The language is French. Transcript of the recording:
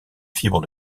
fibres